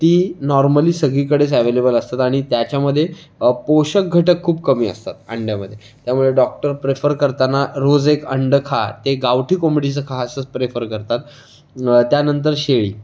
ती नॉर्मली सगळीकडेच ॲव्हेलेबल असतात आणि त्याच्यामध्ये पोषक घटक खूप कमी असतात अंड्यामध्ये त्यामुळे डॉक्टर प्रेफर करताना रोज एक अंडं खा ते गावठी कोंबडीचं खा असंच प्रेफर करतात त्यांनतर शेळी